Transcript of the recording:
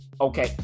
Okay